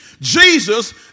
Jesus